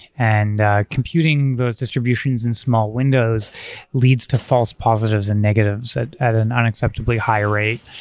and ah computing those distributions in small windows leads to false positives and negatives at at an unacceptably high rate.